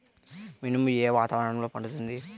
మినుము ఏ వాతావరణంలో పండుతుంది?